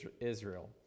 Israel